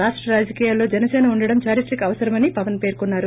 రాష్ట రాజకీయాల్లో జనసేన ఉండటం చారిత్రక అవసరమని పవన్ పెర్కున్నారు